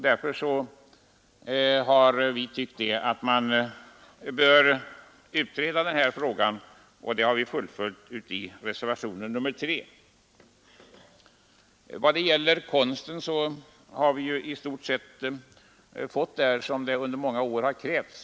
Därför har vi tyckt att frågan bör utredas, och det önskemålet har vi fullföljt i reservationen 3. I vad gäller konsten har vi i stort sett fått det som under många år krävts.